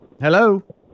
Hello